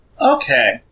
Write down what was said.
Okay